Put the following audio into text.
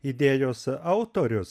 idėjos autorius